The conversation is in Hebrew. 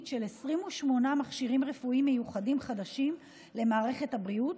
של 28 מכשירים רפואיים מיוחדים חדשים למערכת הבריאות,